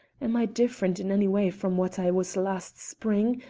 am i different in any way from what i was last spring?